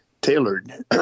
Tailored